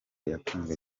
yakunzwe